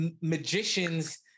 magicians